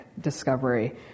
discovery